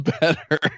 better